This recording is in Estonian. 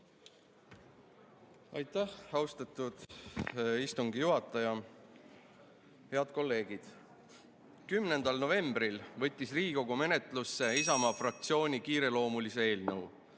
Aitäh, austatud istungi juhataja! Head kolleegid! 10. novembril võttis Riigikogu menetlusse Isamaa fraktsiooni kiireloomulise eelnõu.